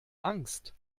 angst